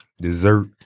dessert